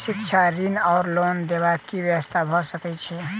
शिक्षा ऋण वा लोन देबाक की व्यवस्था भऽ सकै छै?